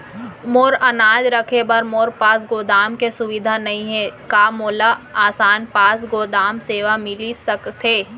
मोर अनाज रखे बर मोर पास गोदाम के सुविधा नई हे का मोला आसान पास गोदाम सेवा मिलिस सकथे?